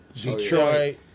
Detroit